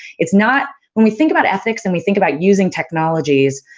it's not, when we think about ethics and we think about using technologies,